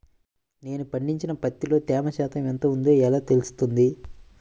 నేను పండించిన పత్తిలో తేమ శాతం ఎంత ఉందో ఎలా తెలుస్తుంది?